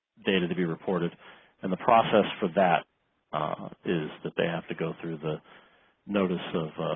data to be reported and the process for that is that they have to go through the notice of